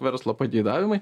verslo pageidavimai